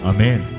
Amen